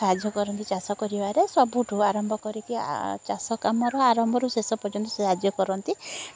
ସାହାଯ୍ୟ କରନ୍ତି ଚାଷ କରିବାରେ ସବୁଠୁ ଆରମ୍ଭ କରିକି ଚାଷକାମର ଆରମ୍ଭରୁ ଶେଷ ପର୍ଯ୍ୟନ୍ତ ସାହାଯ୍ୟ କରନ୍ତି